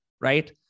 right